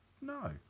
no